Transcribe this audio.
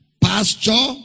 pasture